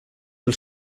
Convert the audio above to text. del